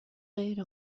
غیر